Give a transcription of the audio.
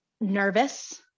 nervous